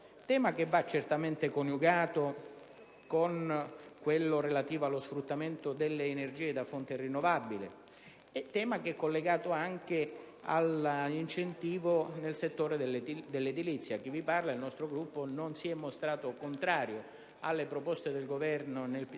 tema che va coniugato con quello relativo allo sfruttamento delle energie da fonte rinnovabile; un tema che è collegato anche all'incentivo nel settore dell'edilizia. Chi vi parla nel nostro Gruppo non si è mostrato contrario alle proposte del Governo sul piano